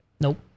Nope